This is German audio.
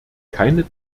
keine